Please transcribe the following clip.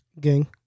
gang